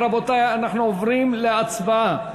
אם כן, רבותי, אנחנו עוברים להצבעה.